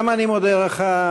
גם אני מודה לך,